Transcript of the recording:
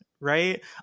right